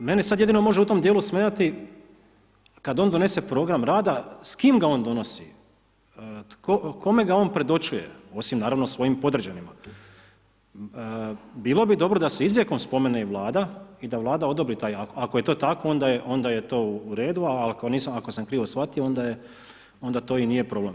I meni sad jedino može u tom dijelu smetati kad on donese program rada s kim ga on donosi, kome ga on predočuje, osim naravno svojim podređenima, bilo bi dobro da se izrijekom spomene i Vlada i da Vlada odobri taj akt, ako je to tako onda je to u redu, al ako nisam, ako sam krivo shvatio onda to i nije problem.